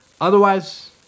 Otherwise